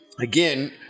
again